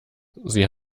sie